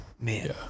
Man